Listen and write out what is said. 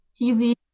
easy